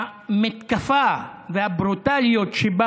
המתקפה והברוטליות שבה